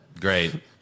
Great